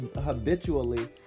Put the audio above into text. habitually